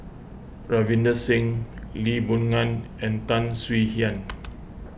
Ravinder Singh Lee Boon Ngan and Tan Swie Hian